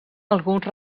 alguns